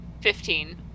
Fifteen